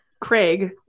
Craig